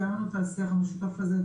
קיימנו את השיח המשותף הזה,